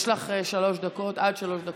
יש לך שלוש דקות, עד שלוש דקות.